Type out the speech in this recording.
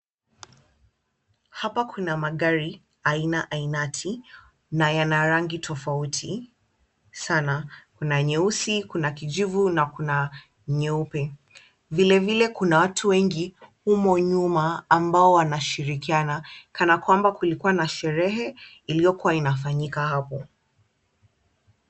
Hapa kuna magari aina ainati na yana rangi tofauti sana, kuna nyeusi, kuna kijivu na kuna nyeupe. Vile vile kuna watu wengi humo nyuma ambao wanashirikiana, kana kwamba kulikuwa na sherehe iliyokuwa inafanyika hapo.